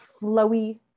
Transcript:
flowy